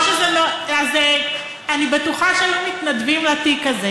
אני בטוחה שהיו מתנדבים לתיק הזה.